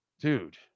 dude